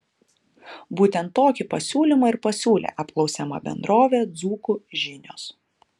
būtent tokį pasiūlymą ir pasiūlė apklausiama bendrovė dzūkų žinios